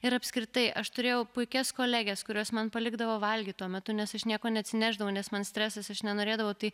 ir apskritai aš turėjau puikias koleges kurios man palikdavo valgyti tuo metu nes iš nieko neatsinešdavo nes man stresas aš nenorėdavau tai